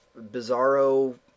bizarro